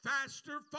faster